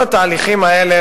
כל התהליכים האלה,